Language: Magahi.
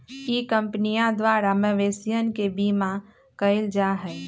ई कंपनीया द्वारा मवेशियन के बीमा कइल जाहई